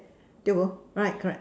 tio Bo right correct